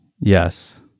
Yes